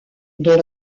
dont